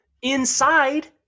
inside